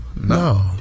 No